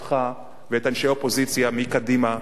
אותך ואת אנשי האופוזיציה מקדימה,